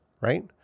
Right